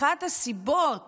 אחת הסיבות